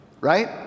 right